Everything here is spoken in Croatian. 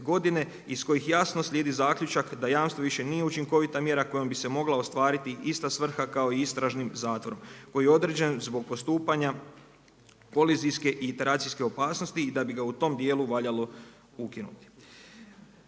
godine iz kojih jasno slijedi zaključak da jamstvo više nije učinkovita mjera kojom bi se mogla ostvariti ista svrha kao i istražnim zatvorom koji je određen zbog postupanja kolizijske i iteracijske opasnosti i da bi ga u tom dijelu valjalo ukinuti.